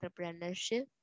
entrepreneurship